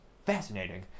fascinating